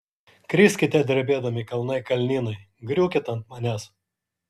kriskite drebėdami kalnai kalnynai griūkit ant manęs